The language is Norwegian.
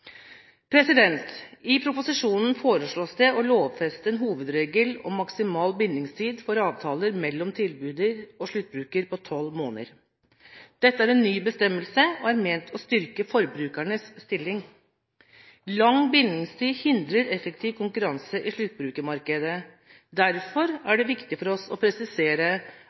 I proposisjonen foreslås det å lovfeste en hovedregel om maksimal bindingstid for avtaler mellom tilbyder og sluttbruker på 12 måneder. Dette er en ny bestemmelse som er ment å styrke forbrukernes stilling. Lang bindingstid hindrer effektiv konkurranse i sluttbrukermarkedet. Derfor er det viktig for oss å presisere